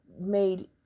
made